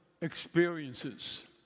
experiences